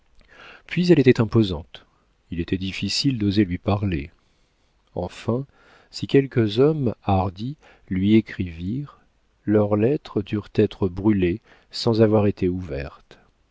puis elle était imposante il était difficile d'oser lui parler enfin si quelques hommes hardis lui écrivirent leurs lettres durent être brûlées sans avoir été ouvertes